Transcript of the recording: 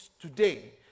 today